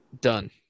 Done